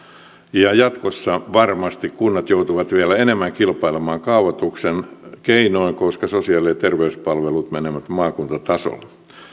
ja jatkossa varmasti kunnat joutuvat vielä enemmän kilpailemaan kaavoituksen keinoin koska sosiaali ja terveyspalvelut menevät maakuntatasolle